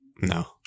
No